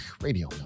Radio